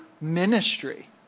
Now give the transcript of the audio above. ministry